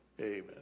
Amen